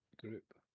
group